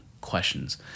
questions